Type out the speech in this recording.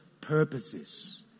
purposes